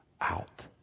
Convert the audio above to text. out